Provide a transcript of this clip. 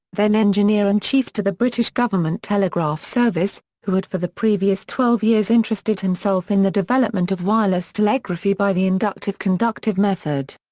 then engineer-in-chief to the british government telegraph service, who had for the previous twelve years interested himself in the development of wireless telegraphy by the inductive-conductive method.